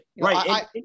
right